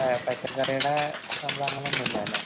അതെ പച്ചക്കറികള് സംഭവം അങ്ങനൊന്നുല്ലാലേ